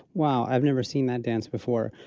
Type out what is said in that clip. wow, i've never seen that dance before.